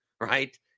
right